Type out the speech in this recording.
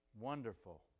wonderful